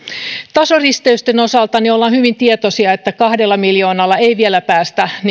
tasoristeysten osalta ollaan hyvin tietoisia että kahdella miljoonalla ei vielä päästä